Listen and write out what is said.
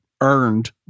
earned